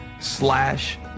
slash